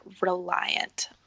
reliant